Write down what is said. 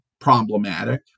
problematic